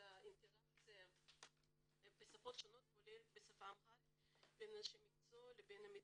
האינטראקציה בשפות שונות כולל השפה האמהרית בין אנשי המקצוע למטופלים.